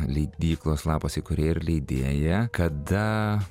leidyklos lapas įkūrėja ir leidėja kada